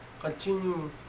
continue